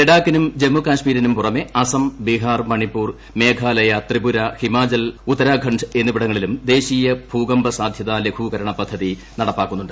ലഡാക്കിനും ജമ്മുകശ്മീരിനും പുറമെ അസം ബിഹാർ മണിപൂർ മേഘാലയ ത്രിപുര ഹിമാചൽ ഉത്തരാഖണ്ഡ് എന്നിവിടങ്ങളിലും ദേശീയ ഭൂകമ്പ സാധൃത ലഘൂകരണ പദ്ധതി നടപ്പാക്കുന്നുണ്ട്